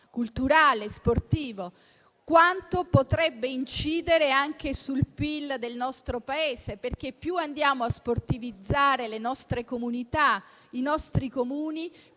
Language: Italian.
culturale e sportivo. Quanto potrebbe incidere sul PIL del nostro Paese? Più andiamo a sportivizzare le nostre comunità e i nostri Comuni,